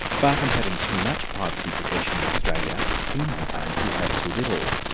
far from having too much privacy protection in australia, he maintains we have too little.